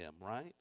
right